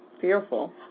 fearful